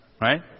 Right